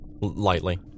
Lightly